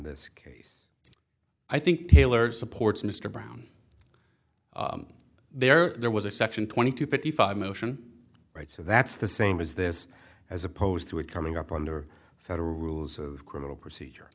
this case i think taylor supports mr brown there there was a section twenty two fifty five motion right so that's the same is this as opposed to it coming up under federal rules of criminal procedure